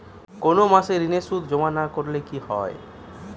কোনো মাসে ঋণের সুদ জমা না করলে কি হবে?